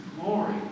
glory